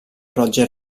roger